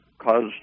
caused